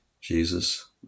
Jesus